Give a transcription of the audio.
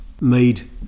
made